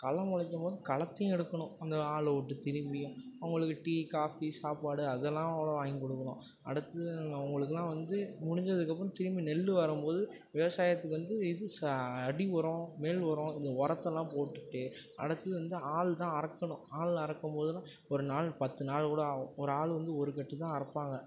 களை முளைக்கும்போது களத்தையும் எடுக்கணும் அந்த ஆளைவுட்டு திரும்பியும் அவங்களுக்கு டீ காஃபி சாப்பாடு அதெல்லாம் அவ்வளோ வாங்கி கொடுக்கணும் அடுத்தது அவங்களுக்குலா வந்து முடிஞ்சதுக்கப்புறம் திரும்பி நெல் வரும்போது விவசாயத்துக்கு வந்து இது ச அடி உரம் மேல் உரம் இந்த உரத்தை எல்லாம் போட்டுட்டு அடுத்தது வந்து ஆள்தான் அறுக்கணும் ஆள் அறுக்கும்போதுதான் ஒரு நாள் பத்து நாள் கூட ஆகும் ஒரு ஆள் வந்து ஒரு கட்டு தான் அறுப்பாங்க